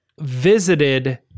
visited